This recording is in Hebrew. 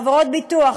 חברות ביטוח,